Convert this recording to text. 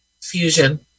fusion